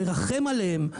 מרחם עליהם,